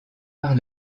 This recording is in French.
par